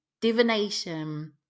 divination